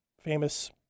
famous